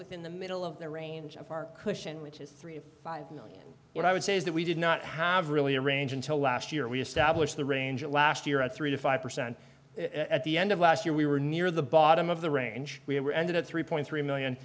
within the middle of the range of our cushion which is three of five million what i would say is that we did not have really a range until last year we established the range last year at three to five percent at the end of last year we were near the bottom of the range we were ended at three point three million